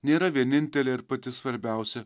nėra vienintelė ir pati svarbiausia